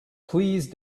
please